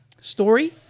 story